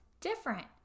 different